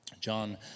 John